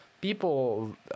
people